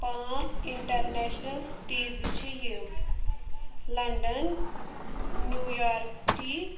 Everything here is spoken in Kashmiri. پانٛژھ اِنٹَرنیشنَل سِٹیٖز چھِ یِم لَنڈَن نِو یارٕک سِٹی